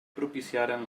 propiciaren